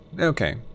Okay